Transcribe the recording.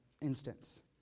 instance